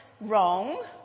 wrong